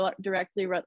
directly